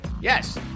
Yes